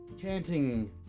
chanting